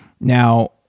Now